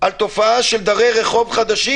על התופעה של דרי רחוב חדשים.